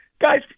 Guys